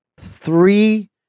three